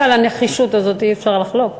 ועל הנחישות הזאת אי-אפשר לחלוק.